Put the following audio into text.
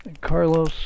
Carlos